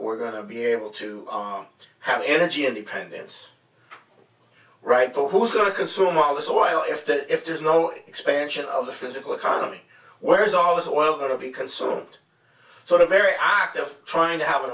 we're going to be able to on having energy independence right but who's going to consume all this oil if that if there's no expansion of the physical economy where's all this oil going to be consumed sort of very active trying to have an